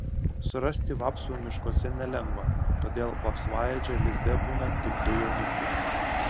surasti vapsvų miškuose nelengva todėl vapsvaėdžio lizde būna tik du jaunikliai